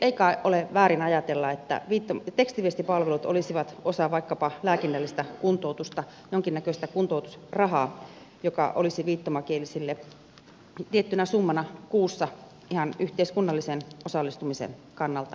ei kai ole väärin ajatella että tekstiviestipalvelut olisivat osa vaikkapa lääkinnällistä kuntoutusta jonkinnäköistä kuntoutusrahaa joka olisi viittomakielisille tiettynä summana kuussa ihan yhteiskunnallisen osallistumisen kannalta merkittävä